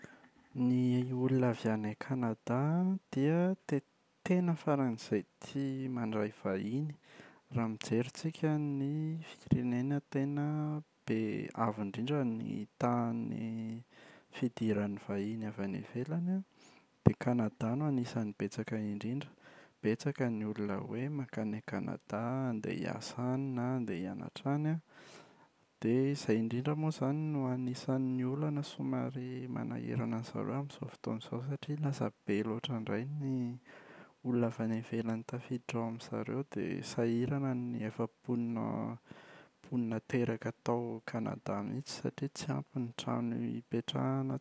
Ny olona avy any Kanada dia te- tena faran’izay tia mandray vahiny. Raha mijery tsika ny firenena tena be avo indrindra ny tahan’ny fidiran’ny vahiny avy any ivelany an, dia Kanada no anisan’ny betsaka indrindra. Betsaka ny olona hoe mankany Kanada, handeha hiasa any na handeha hianatra any an. Dia izay indrindra moa izany no anisan’ny olana somary manahirana an’izareo amin’izao fotoana izao satria lasa be loatra indray ny olona avy any ivelany tafiditra ao amin’izareo dia sahirana ny efa mponina mponina teraka tao Kanada mihitsy satria tsy ampy ny trano hipetrahana.